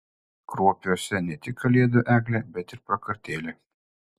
kruopiuose ne tik kalėdų eglė bet ir prakartėlė